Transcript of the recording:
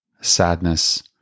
sadness